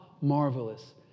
marvelous